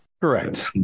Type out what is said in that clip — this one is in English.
Correct